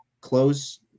close